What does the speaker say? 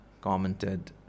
commented